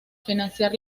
financiar